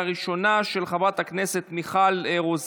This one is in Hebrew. לוועדת החוץ והביטחון